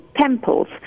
temples